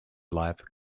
life